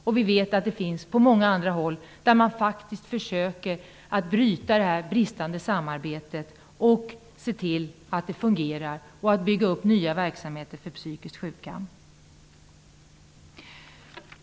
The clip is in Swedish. Det finns exempel också på många andra håll, där man faktiskt försöker att bryta det bristande samarbetet och försöker att se till att det fungerar samt bygger upp nya verksamheter för psykiskt sjuka.